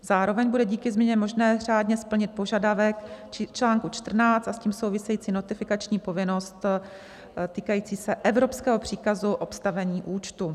Zároveň bude díky změně možné řádně splnit požadavek článku 14 a s tím související notifikační povinnost, týkající se evropského příkazu obstavení účtu.